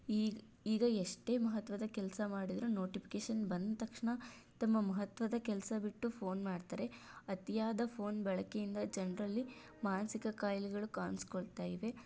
ಈ ಈಗ ಎಷ್ಟೇ ಮಹತ್ವದ ಕೆಲಸ ಮಾಡಿದರು ನೋಟಿಪಿಕೇಶನ್ ಬಂದ ತಕ್ಷಣ ತಮ್ಮ ಮಹತ್ವದ ಕೆಲಸ ಬಿಟ್ಟು ಫೋನ್ ಮಾಡ್ತಾರೆ ಅತಿಯಾದ ಫೋನ್ ಬಳಕೆಯಿಂದ ಜನರಲ್ಲಿ ಮಾನಸಿಕ ಕಾಯಿಲೆಗಳು ಕಾಣಿಸಿಕೊಳ್ತಾ ಇವೆ